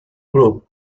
group